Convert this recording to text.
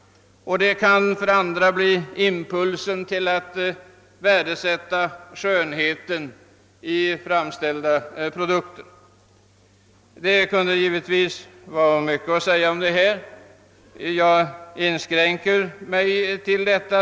För andra kan slöjdundervisningen bli en impuls att värdesätta skönheten i framställda produkter. Det kunde vara mycket ytterligare att säga om detta ämne, men jag inskränker mig till detta.